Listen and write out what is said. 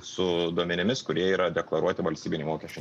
su duomenimis kurie yra deklaruoti valstybinei mokesčių